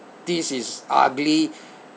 this is ugly